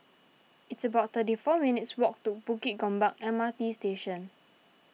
it's about thirty four minutes' walk to Bukit Gombak M R T Station